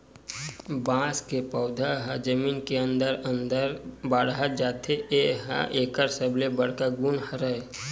बांस के पउधा ह जमीन के अंदरे अंदर बाड़हत जाथे ए ह एकर सबले बड़का गुन हरय